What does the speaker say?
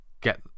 get